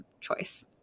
choice